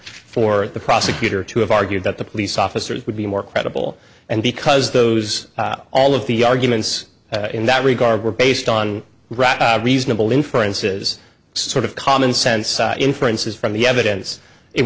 for the prosecutor to have argued that the police officers would be more credible and because those all of the arguments in that regard were based on raw reasonable inferences sort of commonsense inferences from the evidence it